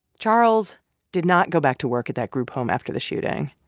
charles did not go back to work at that group home after the shooting.